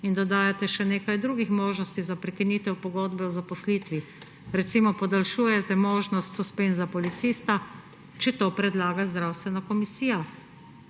in dodajate še nekaj drugih možnosti za prekinitev pogodbe o zaposlitvi. Recimo podaljšujete možnost suspenza policista, če to predlaga zdravstvena komisija.